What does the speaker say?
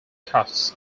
costs